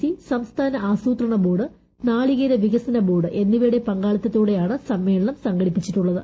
C സംസ്മാന ആസൂത്രണ board നാളികേര വികസന ബോർഡ് എന്നിവയുടെ പങ്കാളിത്തത്തോടെയാണ് സമ്മേളനം സംഘടിപ്പിച്ചിട്ടുള്ളത്